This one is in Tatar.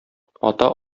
ата